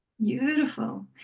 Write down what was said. beautiful